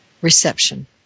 Reception